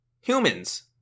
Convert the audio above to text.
Humans